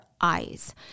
eyes